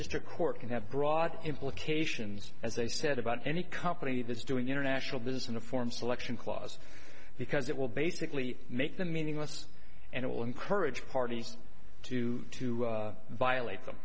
district court can have broad implications as they said about any company that's doing international business in the form selection clause because it will basically make them meaningless and will encourage parties to to violate them